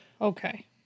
okay